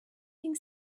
being